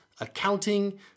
accounting